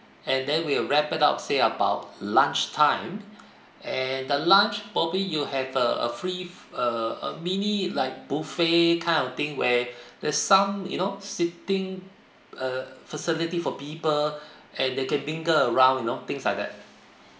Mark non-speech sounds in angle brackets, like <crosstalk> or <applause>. and then we'll wrap it up say about lunch time and the lunch probably you have a a free a a mini like buffet kind of thing where <breath> theres some you know seating uh facility for people and they can mingle around you know things like that